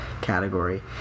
category